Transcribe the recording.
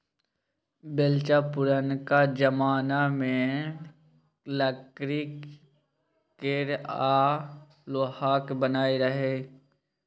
बेलचा पुरनका जमाना मे लकड़ी केर आ लोहाक बनय रहय